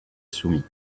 soumis